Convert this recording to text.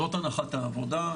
זאת הנחת העבודה,